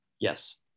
yes